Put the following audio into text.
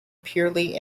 purely